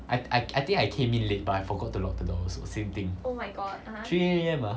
I I I think I came in late but I forgot to lock the doors 我 sleeping three A_M ah